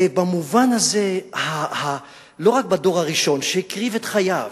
ובמובן הזה, לא רק בדור הראשון, שהקריב את חייו,